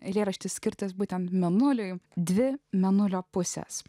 eilėraštis skirtas būtent mėnuliui dvi mėnulio pusės